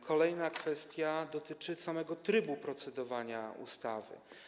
Kolejna kwestia dotyczy samego trybu procedowania nad ustawą.